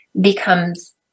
becomes